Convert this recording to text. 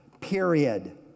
period